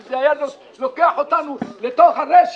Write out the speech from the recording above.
אם זה היה לוקח אותנו לתוך הרשת.